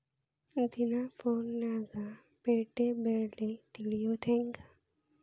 ದಿನಾ ಫೋನ್ಯಾಗ್ ಪೇಟೆ ಬೆಲೆ ತಿಳಿಯೋದ್ ಹೆಂಗ್?